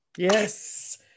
Yes